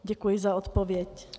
Děkuji za odpověď.